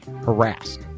harassed